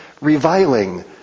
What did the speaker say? reviling